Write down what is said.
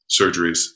surgeries